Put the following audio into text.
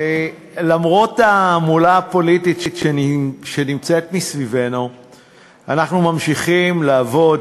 למרות ההמולה הפוליטית שנמצאת מסביבנו אנחנו ממשיכים לעבוד,